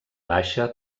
baixa